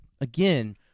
again